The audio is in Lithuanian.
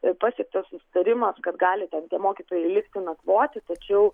ir pasiektas susitarimas kad gali ten tie mokytojai likti nakvoti tačiau